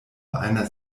einer